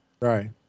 Right